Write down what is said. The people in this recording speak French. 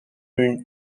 une